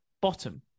bottom